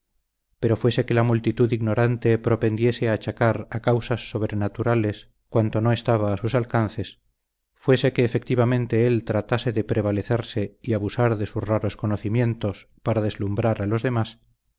pero fuese que la multitud ignorante propendiese a achacar a causas sobrenaturales cuanto no estaba a sus alcances fuese que efectivamente él tratase de prevalecerse y abusar de sus raros conocimientos para deslumbrar a los demás